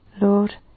Lord